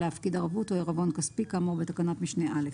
להפקיד ערות או עירבון כספי כאמור בתקנת משנה (א).